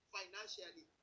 financially